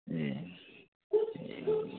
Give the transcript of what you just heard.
ए ए